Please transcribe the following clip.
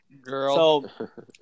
girl